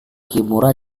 kimura